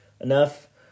enough